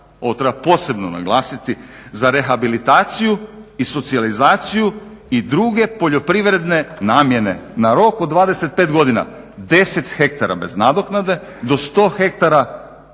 ovo treba posebno naglasiti, za rehabilitaciju i socijalizaciju i druge poljoprivredne namjene na rok od 25 godina, 10 hektara bez nadoknade, do 100 hektara